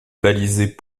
balisés